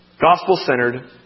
Gospel-centered